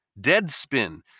Deadspin